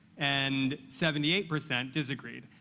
and seventy eight percent disagreed.